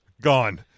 gone